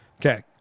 Okay